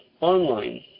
online